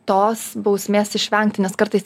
tos bausmės išvengti nes kartais